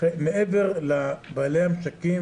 מעבר לבעלי המשקים